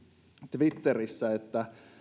twitterissä että